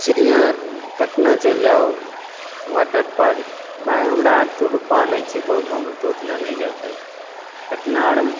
चिड़िआँ पटना चलि जाहो वाटर पार्क भाइ हमरा आओर तऽ रुपा नहि छिकऽ गाममे तऽ ओतना नहि जा पाइ पटना आओर